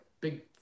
big